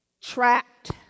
trapped